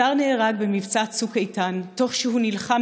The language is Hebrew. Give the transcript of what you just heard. הדר נהרג במבצע צוק איתן תוך שהוא נלחם